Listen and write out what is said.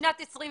לשנת 2020